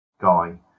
guy